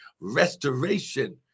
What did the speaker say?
Restoration